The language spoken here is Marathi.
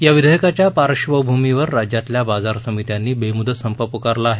या विधेयकाच्या पार्धभूमीवर राज्यातल्या बाजार समित्यांनी बेमुदत संप पुकारला आहे